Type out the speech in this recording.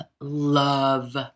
love